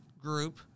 group